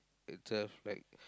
it's just like